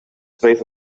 space